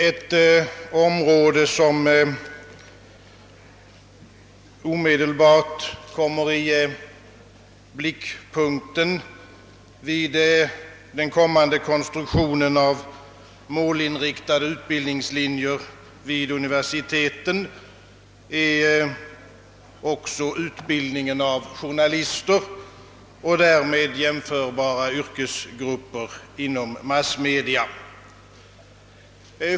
Ett område, som omedelbart kommer i blickpunkten vid den kommande konstruktionen av målinriktade utbildningslinjer vid universiteten, är utbildningen av journalister och därmed jämförbara yrkesgrupper inom massmedia.